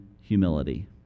humility